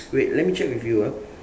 wait let me check with you ah